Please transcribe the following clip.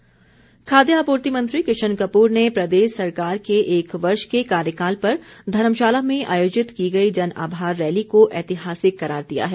किशन कपूर खाद्य आपूर्ति मंत्री किशन कपूर ने प्रदेश सरकार के एक वर्ष के कार्यकाल पर धर्मशाला में आयोजित की गई जन आभार रैली को ऐतिहासिक करार दिया है